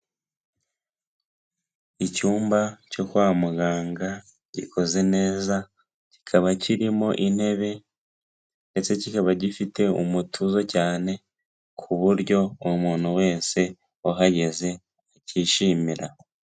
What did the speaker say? Icyumba cyo kwa muganga gikoze neza, kikaba kirimo intebe ndetse kikaba gifite umutuzo cyane ku buryo umuntu wese wahageze acyishimira.